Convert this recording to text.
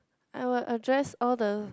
I will address all the